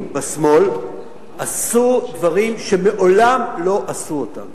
בשמאל עשו דברים שמעולם לא עשו אותם.